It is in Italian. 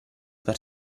per